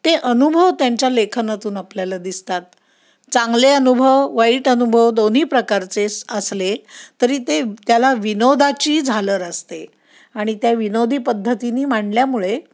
ते अनुभव त्यांच्या लेखनातून आपल्याला दिसतात चांगले अनुभव वाईट अनुभव दोन्ही प्रकारचे असले तरी ते त्याला विनोदाची झालर असते आणि त्या विनोदी पद्धतीने मांडल्यामुळे